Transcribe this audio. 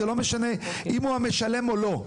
ושזה לא משנה האם הוא המשלם או שלא.